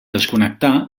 desconnectar